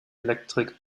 elektrik